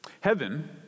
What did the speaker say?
heaven